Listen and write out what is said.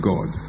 God